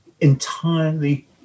entirely